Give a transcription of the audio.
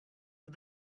but